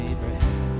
Abraham